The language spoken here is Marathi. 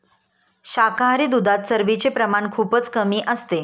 शाकाहारी दुधात चरबीचे प्रमाण खूपच कमी असते